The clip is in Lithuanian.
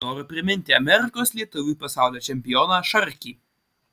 noriu priminti amerikos lietuvį pasaulio čempioną šarkį